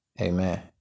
Amen